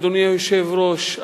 אדוני היושב-ראש,